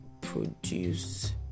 produce